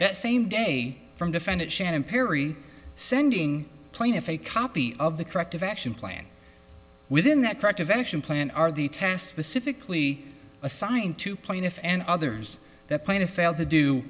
that same day from defendant shannon perry sending plaintiff a copy of the corrective action plan within that corrective action plan are the test specifically assigned to plaintiff and others that plan to fail to do